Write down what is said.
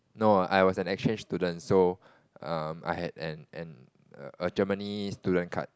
no I was an exchange student so um I had an an err Germany student card